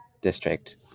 district